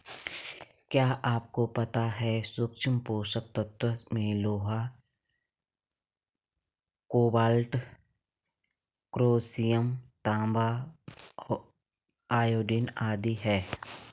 क्या आपको पता है सूक्ष्म पोषक तत्वों में लोहा, कोबाल्ट, क्रोमियम, तांबा, आयोडीन आदि है?